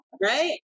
Right